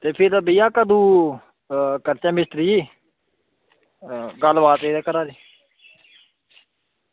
ते फिर भैया कदूं करचै मिस्त्री गल्ल बात इदे घरा दी